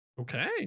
Okay